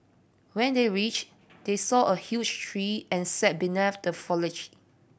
when they reach they saw a huge tree and sat beneath the foliage